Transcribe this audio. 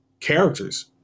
characters